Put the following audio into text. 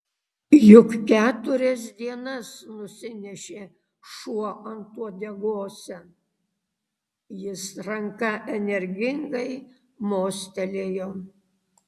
juk keturias dienas nusinešė šuo ant uodegose jis ranka energingai mostelėjo